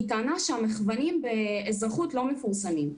טענה שהמחוונים באזרחות לא מפורסמים.